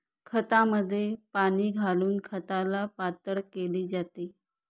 खतामध्ये पाणी घालून खताला पातळ केले जाते